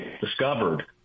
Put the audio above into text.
discovered